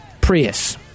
Prius